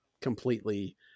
completely